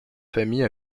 famille